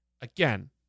again